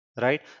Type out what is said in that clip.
right